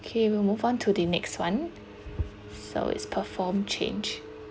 okay we'll move on to the next one so it's perform change